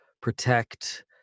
protect